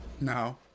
No